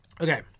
Okay